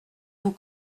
vous